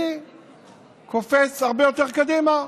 אני קופץ הרבה יותר קדימה,